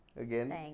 Again